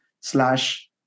slash